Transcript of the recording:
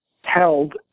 held